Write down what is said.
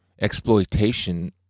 exploitation